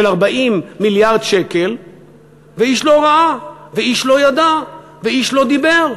של 40 מיליארד שקל ואיש לא ראה ואיש לא ידע ואיש לא דיבר?